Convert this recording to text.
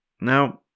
Now